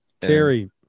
Terry